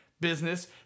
business